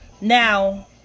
Now